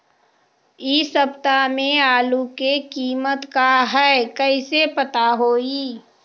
इ सप्ताह में आलू के कीमत का है कईसे पता होई?